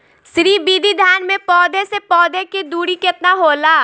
श्री विधि धान में पौधे से पौधे के दुरी केतना होला?